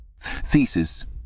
Thesis